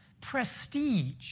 prestige